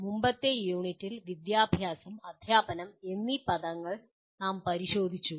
മുമ്പത്തെ യൂണിറ്റിൽ വിദ്യാഭ്യാസം അദ്ധ്യാപനം എന്നീ പദങ്ങൾ നാം പരിശോധിച്ചു